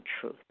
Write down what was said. truth